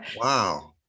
Wow